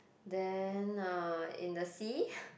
then uh in the sea